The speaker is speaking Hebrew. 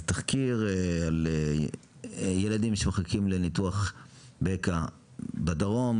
תחקיר על ילדים שמחכים לניתוח בקע בדרום,